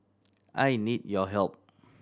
I need your help